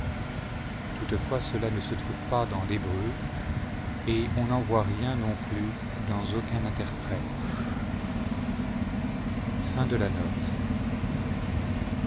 toutefois cela ne se trouve jas dans l'hébreu et on n'en voit rien non plus dans aucun interprète